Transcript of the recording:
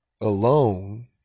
alone